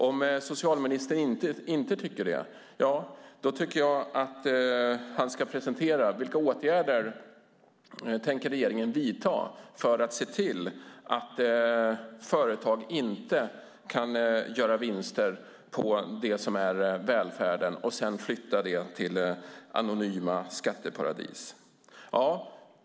Om socialministern inte tycker det tycker jag att han ska presentera vilka åtgärder regeringen tänker vidta för att se till att företag inte kan göra vinster på det som är välfärd och sedan flytta dessa till anonyma skatteparadis.